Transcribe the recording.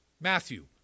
Matthew